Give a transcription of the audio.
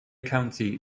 county